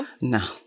no